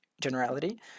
generality